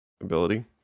ability